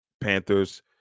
Panthers